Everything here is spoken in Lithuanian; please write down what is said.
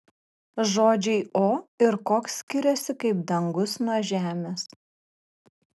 žodžiai o ir koks skiriasi kaip dangus nuo žemės